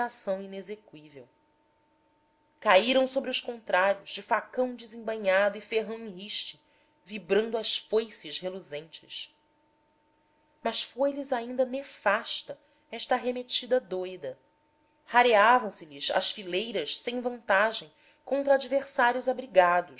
operação inexeqüível caíram sobre os contrários de facão desembainhando e ferrão em riste vibrando as foices reluzentes mas foi lhes ainda nefasta esta arremetida douda rareavam se lhes as fileiras sem vantagem contra adversários abrigados